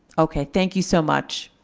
okay. thank you so much.